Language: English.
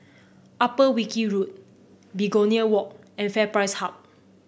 Upper Wilkie Road Begonia Walk and FairPrice Hub